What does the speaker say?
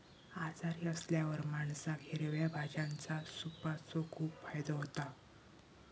आजारी असल्यावर माणसाक हिरव्या भाज्यांच्या सूपाचो खूप फायदो होता